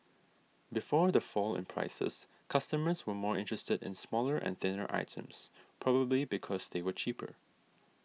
before the fall in prices customers were more interested in smaller and thinner items probably because they were cheaper